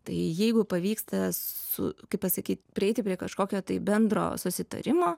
tai jeigu pavyksta su kaip pasakyt prieiti prie kažkokio tai bendro susitarimo